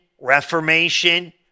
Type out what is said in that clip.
Reformation